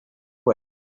way